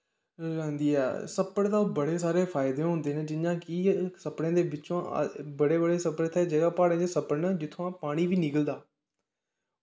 सप्पड़ दे बड़े सारे फायदे होंदे न जियां कि सप्पड़ें दे बिच्चा बड़े बड़े सप्पड़ इत्थै जेह्ड़े प्हाड़ें च सप्पड़ न जित्थुआं पानी बी निकलदा